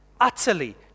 utterly